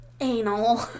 Anal